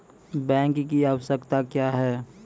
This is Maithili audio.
बैंक की आवश्यकता क्या हैं?